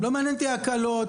לא מעניינות אותי הקלות.